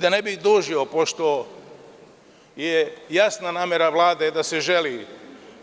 Da ne bih dužio, pošto je jasna namera Vlade da se želi